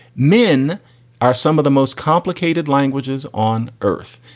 men are some of the most complicated languages on earth.